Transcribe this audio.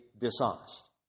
dishonest